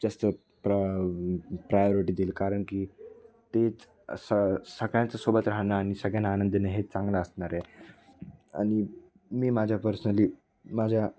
खूप जास्त प्र प्रायोरिटी देईल कारण की तेच स सगळ्यांच्यासोबत राहणं आणि सगळ्या आनंदाने हे चांगलं असणे आणि मी माझ्या पर्सनली माझ्या